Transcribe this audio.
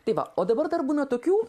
tai va o dabar dar būna tokių